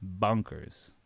bonkers